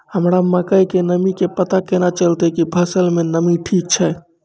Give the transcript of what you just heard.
हमरा मकई के नमी के पता केना चलतै कि फसल मे नमी ठीक छै?